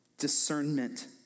Discernment